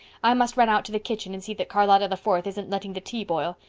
i must run out to the kitchen and see that charlotta the fourth isn't letting the tea boil.